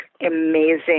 amazing